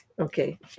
Okay